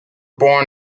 born